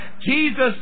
Jesus